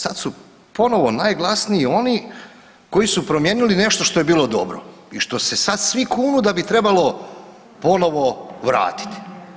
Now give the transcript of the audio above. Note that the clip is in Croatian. Sad su ponovo najglasniji oni koji su promijenili nešto što je bilo dobro i što se sad svi kunu da bi trebalo ponovo vratiti.